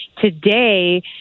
today